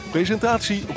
Presentatie